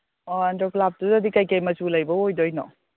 ꯑꯣ ꯑꯟꯗꯣꯒꯨꯂꯥꯞꯇꯨꯗꯗꯤ ꯀꯩꯀꯩ ꯃꯆꯨ ꯂꯩꯕ ꯑꯣꯏꯗꯣꯏꯅꯣ